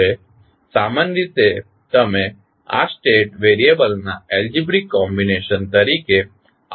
હવે સામાન્ય રીતે તમે આ સ્ટેટ વેરીયબલના એલ્જિબ્રિક કોમ્બીનેશન તરીકે આઉટપુટ વેરીએબલ લખી શકશો